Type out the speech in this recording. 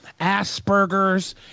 Asperger's